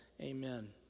Amen